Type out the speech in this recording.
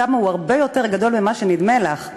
כמה הוא הרבה יותר גדול ממה שנדמה לך.